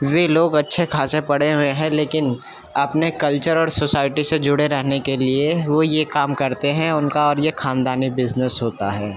وے لوگ اچھے خاصے پڑھے ہوئے ہیں لیکن اپنے کلچر اور سوسائٹی سے جڑے رہنے کے لیے وہ یہ کام کرتے ہیں ان کا اور یہ خاندانی بزنس ہوتا ہے